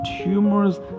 tumors